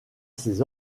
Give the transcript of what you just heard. ses